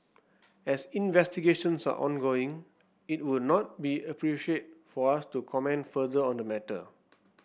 as investigations are ongoing it would not be appropriate for us to comment further on the matter